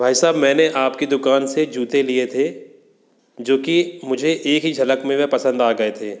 भाई साहब मैंने आप की दुकान से जूते लिए थे जो कि मुझे एक ही झलक में वे पसंद आ गए थे